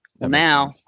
Now